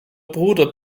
bruder